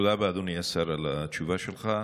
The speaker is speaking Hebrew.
תודה רבה, אדוני השר, על התשובה שלך.